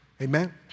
Amen